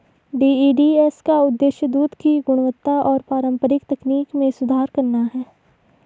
DEDS का उद्देश्य दूध की गुणवत्ता और पारंपरिक तकनीक में सुधार करना है